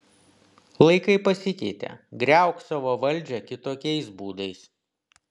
laikai pasikeitė griauk savo valdžią kitokiais būdais